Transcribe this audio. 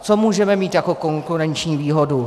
Co můžeme mít jako konkurenční výhodu?